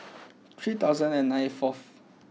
three thousand and ninety fourth